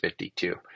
52